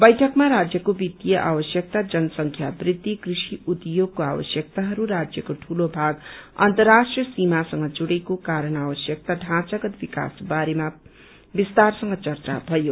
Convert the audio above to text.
वैठकमा राण्यको वित्तीय आवश्यकता जनसंख्या वृद्धि कृषि उद्योगको आवश्यकताहरू राज्यको दूलो भाग अन्तराष्ट्रीय सीमासँग जुड्रेको कारण आवश्यकता ढाँचागत विकास बारेमा विस्तारसँग चर्चा भयो